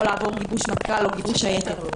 לעבור גיבוש מטכ"ל או גיבוש שייטת,